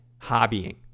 hobbying